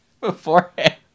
Beforehand